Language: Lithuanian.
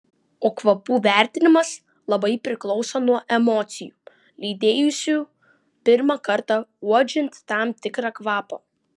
o kvapų vertinimas labai priklauso nuo emocijų lydėjusių pirmą kartą uodžiant tam tikrą kvapą